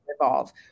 evolve